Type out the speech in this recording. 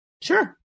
Sure